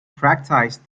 practised